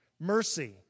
Mercy